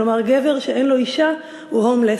כלומר, גבר שאין לו אישה הוא הומלס.